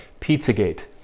Pizzagate